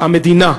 המדינה: